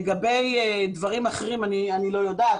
לגבי דברים אחרים, אני לא יודעת.